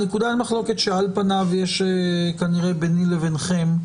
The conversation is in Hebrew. הנקודה במחלוקת שכנראה יש ביני לבינכם,